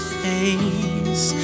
face